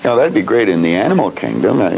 yeah that'd be great in the animal kingdom, and